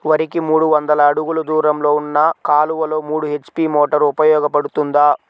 వరికి మూడు వందల అడుగులు దూరంలో ఉన్న కాలువలో మూడు హెచ్.పీ మోటార్ ఉపయోగపడుతుందా?